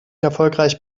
erfolgreich